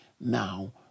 now